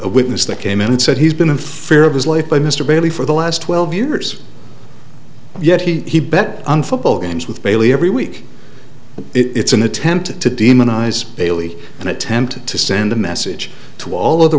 a witness that came in and said he's been in fear of his life by mr bailey for the last twelve years yet he bet on football games with bailey every week it's an attempt to demonize bailey and attempt to send a message to all of the